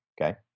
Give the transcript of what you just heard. okay